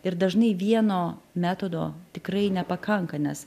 ir dažnai vieno metodo tikrai nepakanka nes